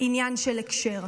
עניין של הקשר.